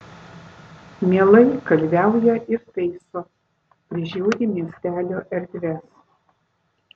mielai kalviauja ir taiso prižiūri miestelio erdves